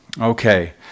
Okay